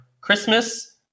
Christmas